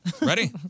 Ready